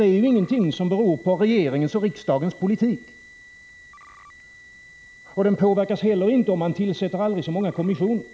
Det är ju ingenting som beror på regeringens och riksdagens politik. Den påverkas heller inte om man tillsätter aldrig så många kommissioner. Prot.